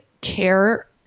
care